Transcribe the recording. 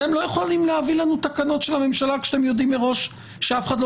אתם לא יכולים להביא לנו תקנות של הממשלה כשאתם יודעים מראש שאף